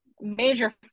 major